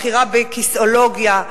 בחירה בכיסאולוגיה.